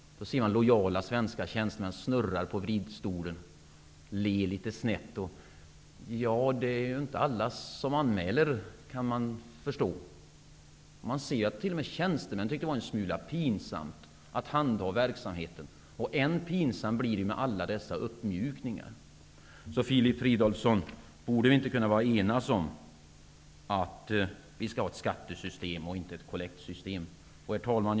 Då såg vi lojala svenska tjänstemän snurra på stolen och le litet snett och säga: Ja, det är ju inte alla som anmäler detta, kan man förstå. Man ser att t.o.m. tjänstemän tycker att det är en smula pinsamt att handha verksamheten. Och än pinsammare blir det ju med alla dessa uppmjukningar. Filip Fridolfsson, borde vi därför inte kunna enas om att vi skall ha ett skattesystem och inte kollektsystem? Herr talman!